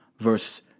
verse